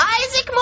Isaac